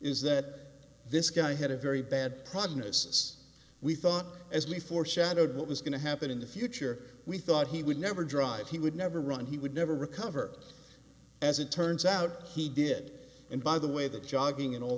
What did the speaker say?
is that this guy had a very bad prognosis we thought as we foreshadowed what was going to happen in the future we thought he would never drive he would never run he would never recover as it turns out he did and by the way that jogging and all